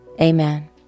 Amen